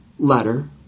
letter